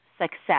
success